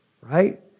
right